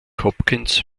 hopkins